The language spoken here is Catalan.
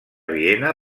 viena